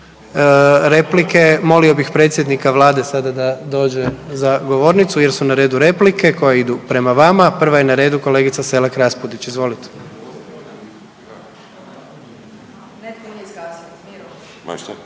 Replike. Molio bih predsjednika Vlade sada da dođe za govornicu jer su na redu replike koje idu prema vama. Prva je na redu kolegica Selak Raspudić. Izvolite.